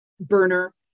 burner